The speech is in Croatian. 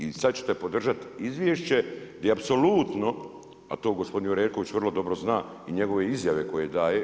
I sad ćete podržati izvješće di apsolutno, a to gospodin Jureković vrlo dobro zna i njegove izjave koje daje.